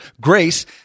grace